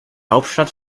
hauptstadt